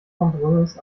kompromiss